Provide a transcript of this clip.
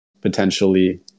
potentially